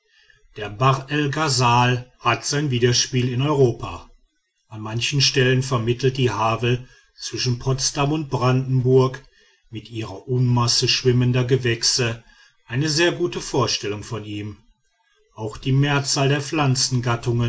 der bahr el ghasal hat sein widerspiel in europa an manchen stellen vermittelt die havel zwischen potsdam und brandenburg mit ihrer unmasse schwimmender gewächse eine sehr gute vorstellung von ihm auch die mehrzahl der